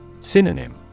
Synonym